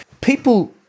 people